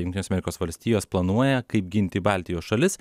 jungtinės amerikos valstijos planuoja kaip ginti baltijos šalis